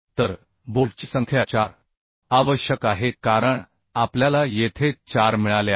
तर बोल्टची संख्या 4 आवश्यक आहे कारण आपल्याला येथे 4 मिळाले आहेत